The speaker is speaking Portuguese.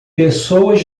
pessoas